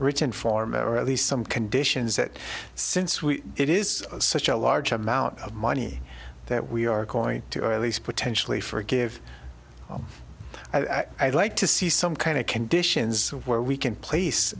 written form or at least some conditions that since we it is such a large amount of money that we are going to earliest potentially forgive i'd like to see some kind of conditions where we can place